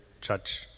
Church